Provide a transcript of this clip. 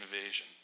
invasion